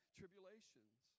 tribulations